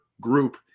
group